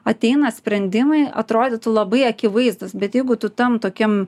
ateina sprendimai atrodytų labai akivaizdūs bet jeigu tu tam tokiam